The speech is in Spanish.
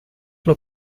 que